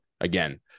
again